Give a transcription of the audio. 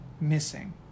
missing